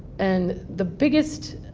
and the biggest